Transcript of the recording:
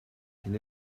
cyn